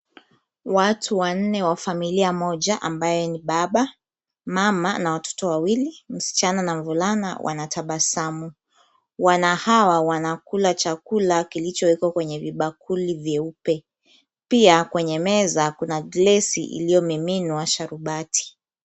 Watu wanne wa familia moja ambaye ni baba, mama na watoto wawili, msichana na mvulana wanatabasamu. Wana hawa wanakula chakula kilichowekwa kwenye vibakuli vyeupe. Pia kwenye meza kuna glesi iliyomiminwa sharubati.